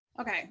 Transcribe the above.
Okay